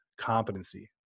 competency